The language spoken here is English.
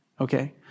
Okay